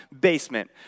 basement